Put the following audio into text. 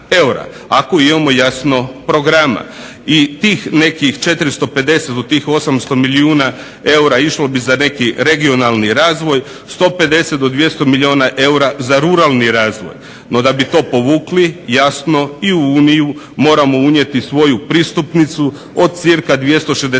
ako imamo jasno programa. I tih nekih 450 do tih 800 milijuna eura išlo bi za neki regionalni razvoj, 150 do 200 milijuna eura za ruralni razvoj. No, da bi to povukli u Uniju moramo unijeti svoju pristupnicu od cirka 267,7